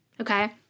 Okay